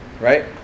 Right